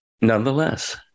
nonetheless